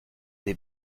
des